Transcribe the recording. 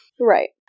Right